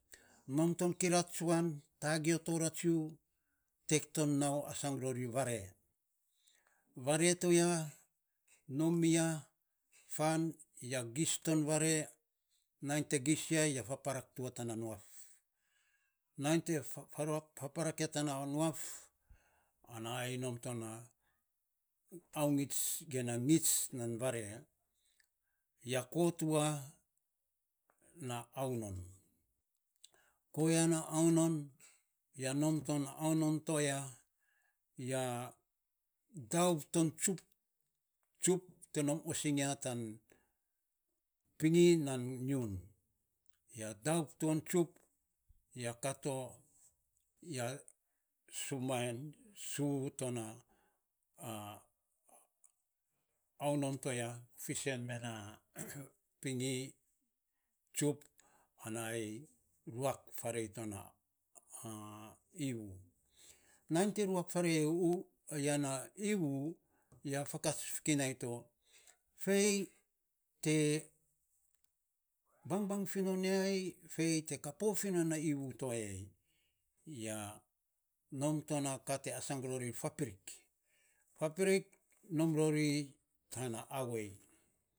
Nom to kirak tsuan, tagi you to ratsiu tek to nau asana ori vaare, vaare toya nom miya fan ya giis ton vaare, nai te giis ya, ya faaparak to yu tana nuaf. Nainy te faaparak ya tana nuaf ana ayel nom to na auayits ge na nyiits nan vaare, ya ko towa na aunon, koya na gunon nom to na aunon to ya. Ya daup to tsuup, tsuup te nom osiny ya tan pinyi, nan hyioun, ya daup ton tsuup ya ka to. Ya suman suu to na a qunon to ya fiisen me na pinyi tsuup ana ayei ruak faarei to na iivu. Nai te ruak faaru ya na iivu ya faakats fa kinai to. ei te bangbang fiinon ya ei fei te kapoo finon na iivu to ya ei, ya nom tona ka te asang ror fapirik. Fapirik nom rori tana awei,